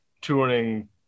touring